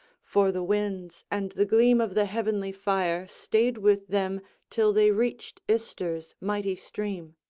for the winds and the gleam of the heavenly fire stayed with them till they reached ister's mighty stream.